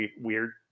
weird